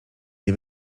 nie